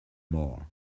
more